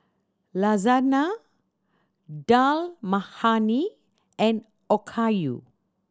Lasagna Dal Makhani and Okayu